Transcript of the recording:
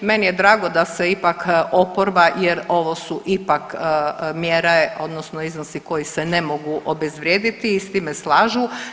Meni je drago da se ipak oporba, jer ovo su ipak mjere odnosno iznosi koji se ne mogu obezvrijediti, i s time slažu.